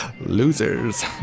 Losers